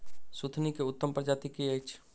सुथनी केँ उत्तम प्रजाति केँ अछि?